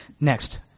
Next